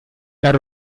dal